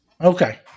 Okay